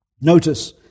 Notice